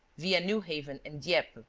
via newhaven and dieppe.